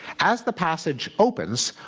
as the passage opens,